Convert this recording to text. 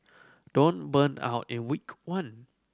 don't burn out in week one